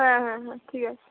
হ্যাঁ হ্যাঁ হ্যাঁ ঠিক আছে